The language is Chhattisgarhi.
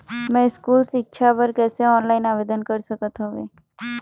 मैं स्कूल सिक्छा बर कैसे ऑनलाइन आवेदन कर सकत हावे?